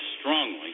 strongly